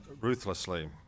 ruthlessly